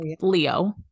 leo